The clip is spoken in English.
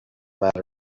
matter